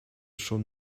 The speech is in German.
schon